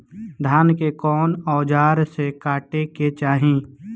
धान के कउन औजार से काटे के चाही?